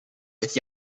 with